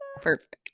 Perfect